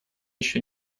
еще